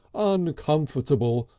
uncomfortable,